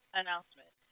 announcement